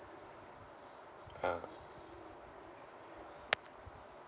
ah